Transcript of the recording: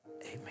amen